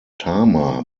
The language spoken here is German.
tama